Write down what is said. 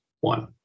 one